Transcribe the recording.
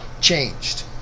changed